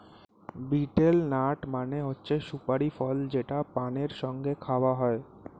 betel nut মানে হচ্ছে সুপারি ফল যেটা পানের সঙ্গে খাওয়া হয়